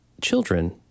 children